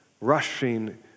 rushing